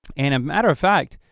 and a matter of fact,